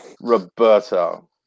Roberto